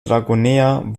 dragoner